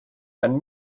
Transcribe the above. einen